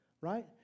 Right